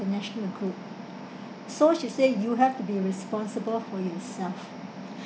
international group so she say you have to be responsible for yourself